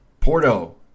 Porto